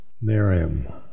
Miriam